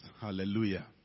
Hallelujah